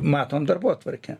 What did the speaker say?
matom darbotvarkę